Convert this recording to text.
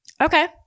Okay